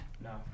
No